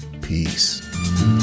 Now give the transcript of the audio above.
Peace